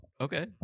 Okay